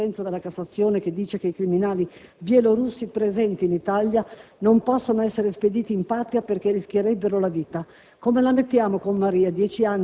ma rimpatriata. Ieri, una sentenza della Cassazione che dice che i criminali bielorussi presenti in Italia non possono essere spediti in patria perché rischierebbero la vita.